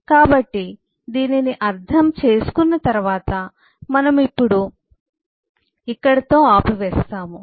కాబట్టి దీనిని అర్థం చేసుకున్న తరువాత మనము ఇప్పుడు ఇక్కడ తో ఆపివేస్తాము